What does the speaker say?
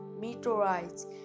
meteorites